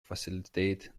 facilitate